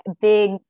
big